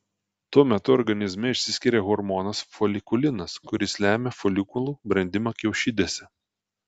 tuo metu organizme išsiskiria hormonas folikulinas kuris lemia folikulų brendimą kiaušidėse